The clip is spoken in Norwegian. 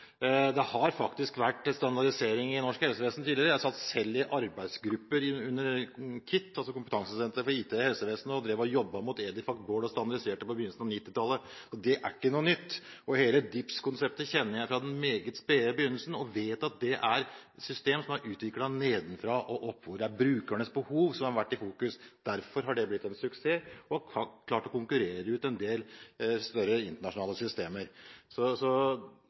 Det har faktisk vært standardisering i norsk helsevesen tidligere. Jeg satt selv i arbeidsgrupper under KITH – altså Kompetansesenteret for IT i helsevesenet – og jobbet mot EDIFACT Board og standardiserte meldinger på begynnelsen av 1990-tallet. Det er ikke noe nytt. Hele DIPS-konseptet kjenner jeg fra den meget spede begynnelsen og vet at det er et system som er utviklet nedenfra og opp, hvor det er brukernes behov som har vært i fokus. Derfor har det blitt en suksess og har klart å konkurrere ut en del større internasjonale systemer. Så